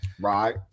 right